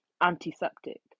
antiseptic